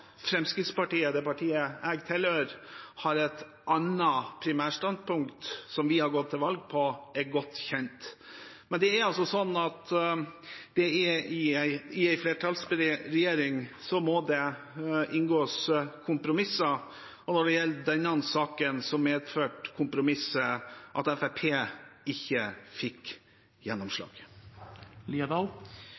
Fremskrittspartiet, det partiet jeg tilhører, har et annet primærstandpunkt, som vi har gått til valg på, er godt kjent. Men i en flertallsregjering må det inngås kompromisser, og når det gjelder denne saken, medførte kompromisset at Fremskrittspartiet ikke fikk